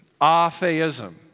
atheism